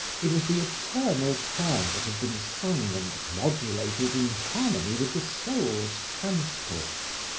it was the eternal prayer that had been sung and modulated in harmony with the soul's transports,